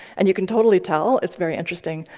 and you can totally tell. it's very interesting.